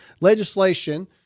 legislation